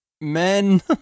men